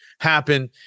happen